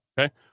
Okay